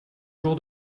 jour